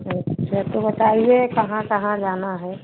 अच्छा तो बताइएगा कहाँ कहाँ जाना है